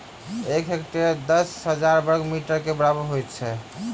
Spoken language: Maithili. एक हेक्टेयर दस हजार बर्ग मीटर के बराबर होइत अछि